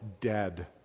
dead